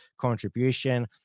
contribution